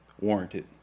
Warranted